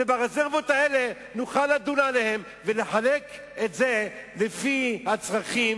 והרזרבות האלה נוכל לדון עליהן ולחלק את זה לפי הצרכים